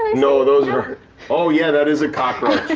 no, those are oh, yeah, that is a cockroach. oh,